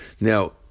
Now